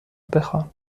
بخوان